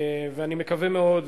ואני מקווה מאוד,